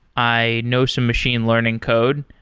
i know some machine learning code.